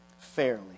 Fairly